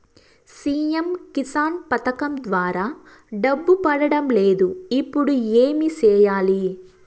CM Kisan పథకం ద్వారా డబ్బు పడడం లేదు ఇప్పుడు ఏమి సేయాలి